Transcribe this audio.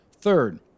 Third